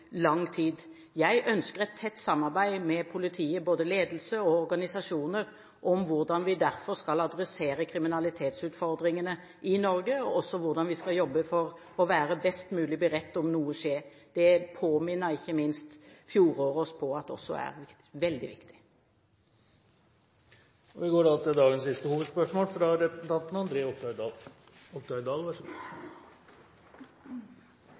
Jeg ønsker et tett samarbeid med politiet, både med ledelse og med organisasjoner, om hvordan vi skal adressere kriminalitetsutfordringene i Norge, og hvordan vi skal jobbe for å være best mulig beredt om noe skjer. Det påminner ikke minst fjoråret oss om er veldig viktig. Vi går da til dagens siste hovedspørsmål.